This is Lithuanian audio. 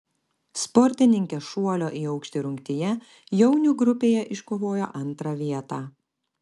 sportininkė šuolio į aukštį rungtyje jaunių grupėje iškovojo antrą vietą